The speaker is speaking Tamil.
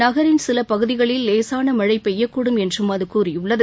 நகரின் சில பகுதிகளில் லேசான மழை பெய்யக்கூடும் என்றும் அது கூறியுள்ளது